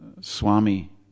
Swami